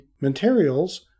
materials